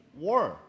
war